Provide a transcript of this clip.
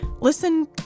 Listen